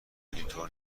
اینطور